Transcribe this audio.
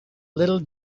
little